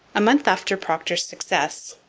a month after procter's success,